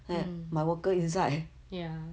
mm ya